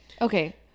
Okay